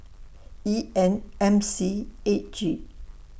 E N M C eight G